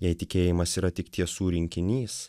jei tikėjimas yra tik tiesų rinkinys